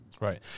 right